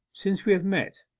since we have met,